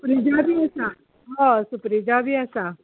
सुप्रिजा बी आसा हय सुप्रेजा बी आसा